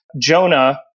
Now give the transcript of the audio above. Jonah